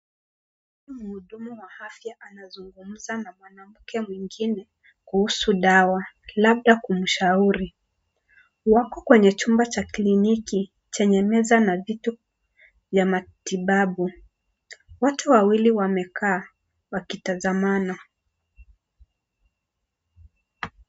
Mhudumu wa anazungumza na mwanamke mwingine kuhusu dawa labda kumshauri. Wako kwenye chumba cha kliniki chenye meza na vitu vya matibabu. Watu wawili wamekaa wakitazamana.